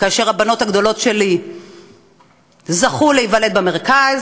כאשר הבנות הגדולות שלי זכו להיוולד במרכז,